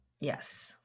Yes